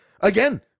again